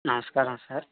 నమస్కారం సార్